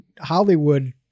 Hollywood